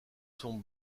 sont